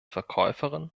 verkäuferin